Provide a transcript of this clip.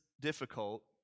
difficult